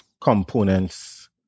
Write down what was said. components